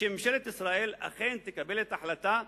שממשלת ישראל אכן תקבל את ההחלטה